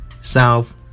South